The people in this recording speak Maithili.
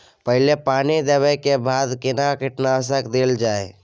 पहिले पानी देबै के बाद केना कीटनासक देल जाय?